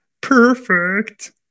perfect